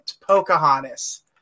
Pocahontas